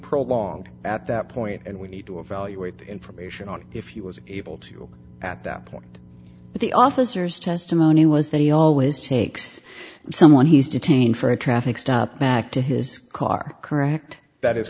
prolonged at that point and we need to evaluate the information on if he was able to at that point the officers testimony was that he always takes someone he's detained for a traffic stop back to his car correct that is